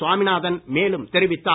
சுவாமிநாதன் மேலும் தெரிவித்தார்